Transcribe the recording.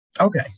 okay